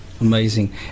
Amazing